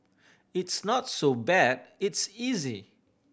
it's not so bad it's easy